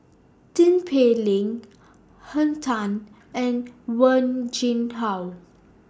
Tin Pei Ling Henn Tan and Wen Jinhua